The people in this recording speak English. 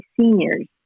seniors